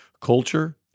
culture